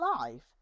life